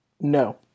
No